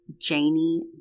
Janie